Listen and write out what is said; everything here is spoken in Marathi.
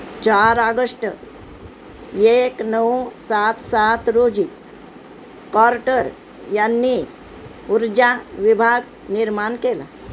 चार आगष्ट एक नऊ सात सात रोजी कॉर्टर यांनी ऊर्जा विभाग निर्माण केला